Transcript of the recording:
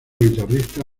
guitarrista